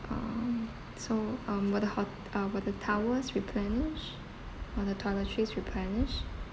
ah so um were the hot~ uh were the towels replenished were the toiletries replenished